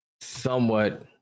somewhat